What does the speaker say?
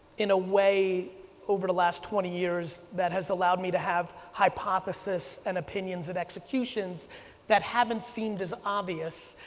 in a way over the last twenty years that has allowed me to have hypothesis and opinions and executions that haven't seemed as obvious